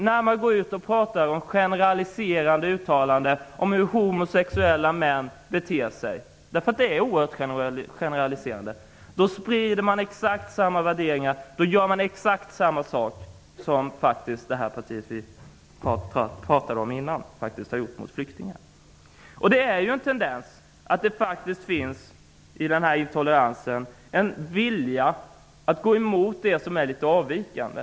När man talar om hur homosexuella män beter sig sprider man exakt samma värderingar. Det är oerhört generaliserande. Man gör exakt samma sak som det parti som vi talade om tidigare har gjort mot flyktingar. I den här intoleransen finns det en tendens till att vilja gå emot det som är litet avvikande.